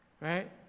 right